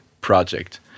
project